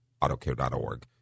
Autocare.org